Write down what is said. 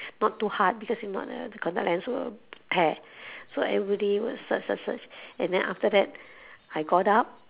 not too hard because if not the the contact lens will tear so everybody was search search search and then after that I got up